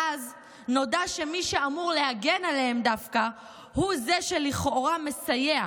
ואז נודע שמי שאמור להגן עליהם דווקא הוא זה שלכאורה מסייע,